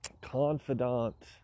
confidant